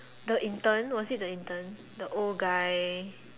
the intern was it the intern the old guy